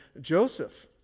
Joseph